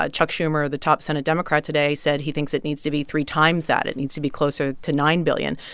ah chuck schumer, the top senate democrat, today said he thinks it needs to be three times that. it needs to be closer to nine billion.